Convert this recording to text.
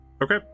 Okay